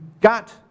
got